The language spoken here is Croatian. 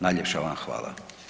Najljepša vam hvala.